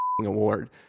award